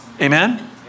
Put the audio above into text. Amen